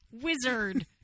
Wizard